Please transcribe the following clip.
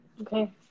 Okay